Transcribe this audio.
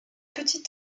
petit